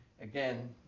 again